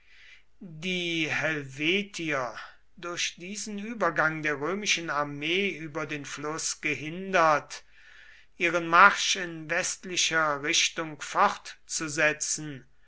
die helvetier durch diesen übergang der römischen armee über den fluß gehindert ihren marsch in westlicher richtung fortzusetzen